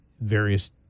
various